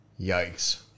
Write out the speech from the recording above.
yikes